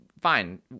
fine